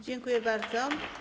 Dziękuję bardzo.